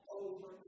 over